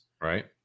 Right